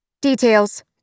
Details